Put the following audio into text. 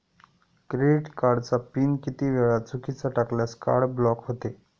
Credit कार्डचा pin किती वेळा चुकीचा टाकल्यास कार्ड ब्लॉक होते?